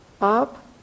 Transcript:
up